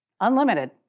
unlimited